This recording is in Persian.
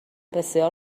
بسیار